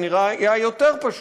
זה נראה יותר פשוט.